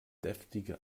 deftige